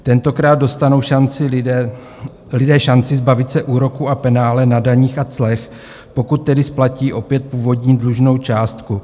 Tentokrát dostanou lidé šanci zbavit se úroku a penále na daních a clech, pokud tedy splatí opět původní dlužnou částku.